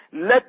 let